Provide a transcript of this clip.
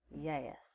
yes